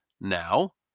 now